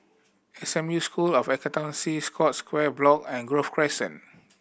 S M U School of Accountancy Scotts Square Block and Grove Crescent